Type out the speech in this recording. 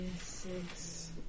six